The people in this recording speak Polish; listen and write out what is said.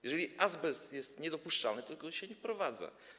Jeżeli azbest jest niedopuszczalny, to się go nie wprowadza.